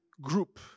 group